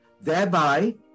thereby